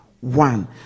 one